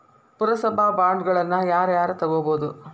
ಪುರಸಭಾ ಬಾಂಡ್ಗಳನ್ನ ಯಾರ ಯಾರ ತುಗೊಬೊದು?